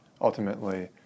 ultimately